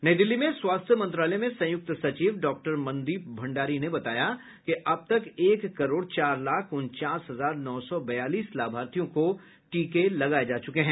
नई दिल्ली में स्वास्थ्य मंत्रालय में संयुक्त सचिव डॉक्टर मनदीप भण्डारी ने बताया कि अब तक एक करोड़ चार लाख उनचास हजार नौ सौ बयालीस लाभाथियों को टीके लगाए जा चुके हैं